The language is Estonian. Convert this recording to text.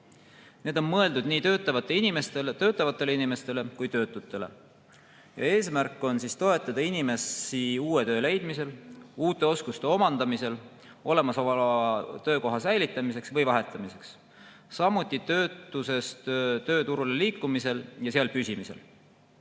Need on mõeldud nii töötavatele inimestele kui ka töötutele. Eesmärk on toetada inimesi uue töö leidmisel, uute oskuste omandamisel olemasoleva töökoha säilitamiseks või vahetamiseks, samuti töötusest tööturule liikumisel ja seal püsimisel.